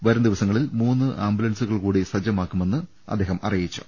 വരുംദിവ സങ്ങളിൽ മൂന്ന് ആംബുലൻസുകൾ കൂടി സജ്ജമാക്കു മെന്ന് അദ്ദേഹം അറിയിച്ചു